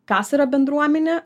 kas yra bendruomenė